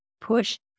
push